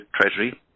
treasury